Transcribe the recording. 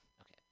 Okay